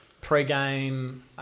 Pre-game